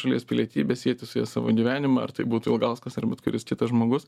šalies pilietybę sieti su ja savo gyvenimą ar tai būtų ilgauskas ar bet kuris kitas žmogus